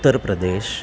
Uttar Pradesh